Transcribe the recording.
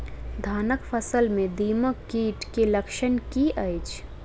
धानक फसल मे दीमक कीट केँ लक्षण की अछि?